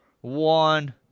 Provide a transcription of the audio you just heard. one